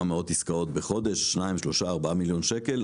מאות עסקאות בחודש בשווי שניים עד ארבעה מיליון שקל.